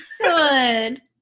good